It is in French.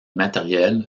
matériels